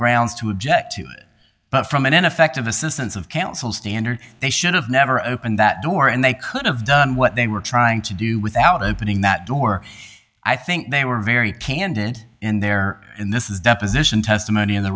grounds to object to but from an ineffective assistance of counsel standard they should have never opened that door and they could have done what they were trying to do without opening that door i think they were very candid in their in this is deposition testimony in the